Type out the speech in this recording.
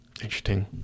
Interesting